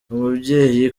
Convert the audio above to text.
umubyeyi